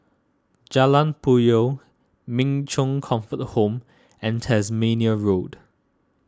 Jalan Puyoh Min Chong Comfort Home and Tasmania Road